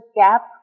gap